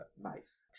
Nice